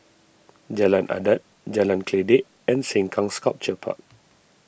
Jalan Adat Jalan Kledek and Sengkang Sculpture Park